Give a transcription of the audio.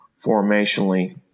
formationally